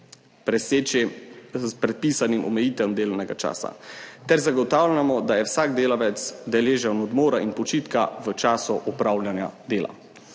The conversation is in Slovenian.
preseči predpisanih omejitev delovnega časa, ter zagotavljamo, da je vsak delavec deležen odmora in počitka v času opravljanja dela.